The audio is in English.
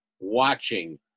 watching